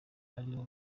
aribo